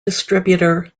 distributor